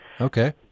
Okay